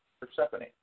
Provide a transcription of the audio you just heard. Persephone